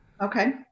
Okay